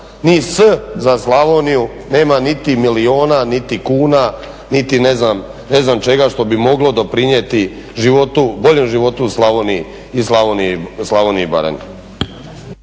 ni s za Slavoniju, nema niti miliona, niti kuna, niti ne znam čega što bi moglo doprinijeti životu, boljem životu u Slavoniji i Baranji.